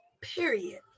period